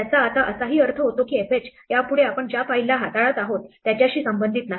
याचा आता असाही अर्थ होतो की fh यापुढे आपण ज्या फाईलला हाताळत आहोत त्याच्याशी संबंधित नाही